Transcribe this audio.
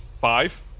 Five